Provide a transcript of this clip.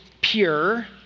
pure